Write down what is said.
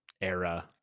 era